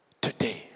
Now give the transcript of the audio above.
Today